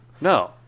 No